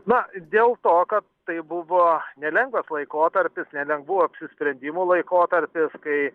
na dėl to kad tai buvo nelengvas laikotarpis nelengvų apsisprendimų laikotarpis kai